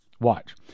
Watch